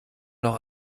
noch